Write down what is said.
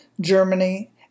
Germany